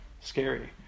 scary